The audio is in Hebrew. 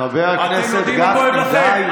חבר הכנסת גפני, די.